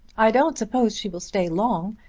i don't suppose she will stay long.